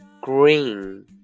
green